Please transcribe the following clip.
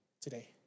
today